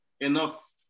enough